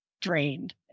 drained